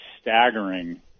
staggering